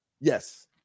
Yes